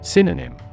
Synonym